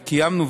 קיימנו,